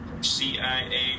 CIA